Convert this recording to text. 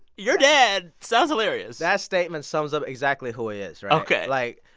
your dad sounds hilarious that statement sums up exactly who he is, right? ok like,